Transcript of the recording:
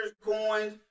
coins